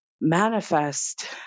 manifest